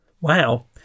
Wow